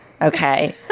okay